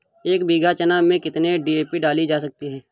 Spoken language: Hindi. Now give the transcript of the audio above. एक बीघा चना में कितनी डी.ए.पी डाली जा सकती है?